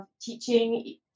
teaching